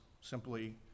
simply